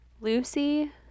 lucy